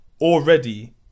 already